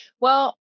Well-